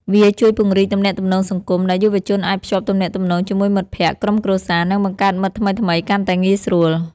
វាជួយពង្រីកទំនាក់ទំនងសង្គម ដែលយុវជនអាចភ្ជាប់ទំនាក់ទំនងជាមួយមិត្តភក្តិ ក្រុមគ្រួសារ និងបង្កើតមិត្តថ្មីៗកាន់តែងាយស្រួល។